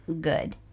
good